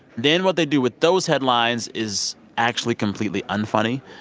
then what they do with those headlines is actually completely unfunny.